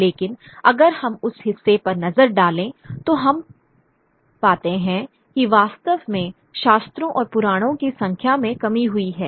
लेकिन अगर हम उस हिस्से पर नजर डालें तो हम पाते हैं कि वास्तव में शास्त्रों और पुराणों की संख्या में कमी हुई है